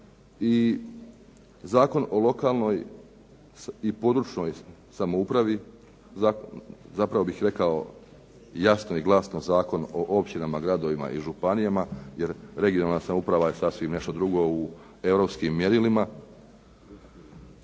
i Zakon o lokalnoj i područnoj samoupravi. Zapravo bih rekao jasno i glasno Zakon o općinama, gradovima i županijama jer regionalna samouprava je sasvim nešto drugo u europskim mjerilima